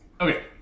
Okay